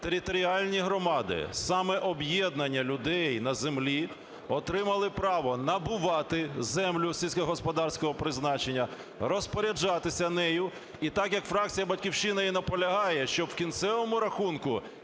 територіальні громади, саме об'єднання людей на землі отримали право набувати землю сільськогосподарського призначення, розпоряджатися нею. І так як фракція "Батьківщина" і наполягає, щоб у кінцевому рахунку